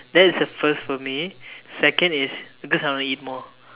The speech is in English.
that's the first for me second is because I want to eat more